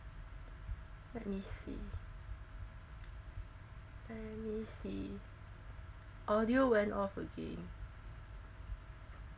let me see let me see audio went off again